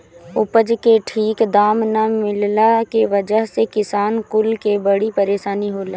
उपज के ठीक दाम ना मिलला के वजह से किसान कुल के बड़ी परेशानी होला